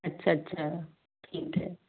ਅੱਛਾ ਅੱਛਾ ਠੀਕ ਹੈ